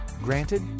granted